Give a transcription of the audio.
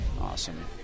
awesome